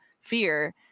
fear